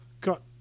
got